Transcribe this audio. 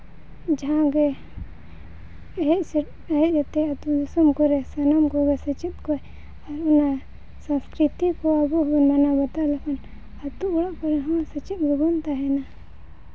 ᱡᱟᱦᱟᱸᱜᱮ ᱦᱮᱡ ᱥᱮᱴᱮᱨ ᱦᱮᱡ ᱠᱟᱛᱮᱫ ᱟᱹᱛᱩ ᱫᱤᱥᱚᱢ ᱠᱚᱨᱮ ᱥᱟᱱᱟᱢ ᱠᱚᱜᱮ ᱥᱮᱪᱮᱫ ᱠᱚ ᱧᱟᱢᱟ ᱥᱚᱥᱠᱨᱤᱛᱤ ᱠᱚ ᱟᱵᱚ ᱦᱚᱸᱵᱚᱱ ᱢᱟᱱᱟᱣ ᱵᱟᱛᱟᱣ ᱞᱮᱠᱷᱟᱱ ᱟᱹᱛᱩ ᱚᱲᱟᱜ ᱠᱚᱨᱮ ᱦᱚᱸ ᱥᱮᱪᱮᱫ ᱨᱮᱵᱚᱱ ᱛᱟᱦᱮᱱᱟ